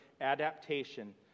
adaptation